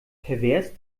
pervers